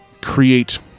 create